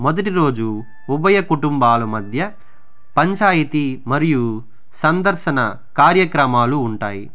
మొదటి రోజు ఉభయ కుటుంబాల మధ్య పంచాయతీ మరియు సందర్శన కార్యక్రమాలు ఉంటాయి